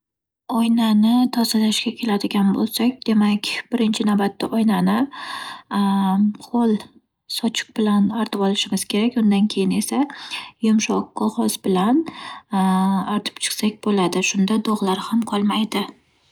Oynani tozalashga keladigan bo'lsak, demak, birinchi navbatda oynani xo'l sochiq bilan artivolishimiz kerak. Undan keyin esa yumshoq qog'oz bilan artib chiqsak bo'ladi. Shunda dog'lari ham qolmaydi.